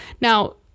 Now